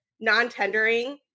non-tendering